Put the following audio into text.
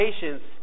patience